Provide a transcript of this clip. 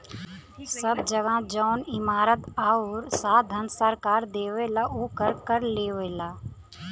सब जगह जौन इमारत आउर साधन सरकार देवला ओकर कर लेवला